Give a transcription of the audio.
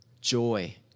joy